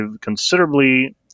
considerably